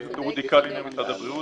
אני אודי קלינר, ממשרד הבריאות.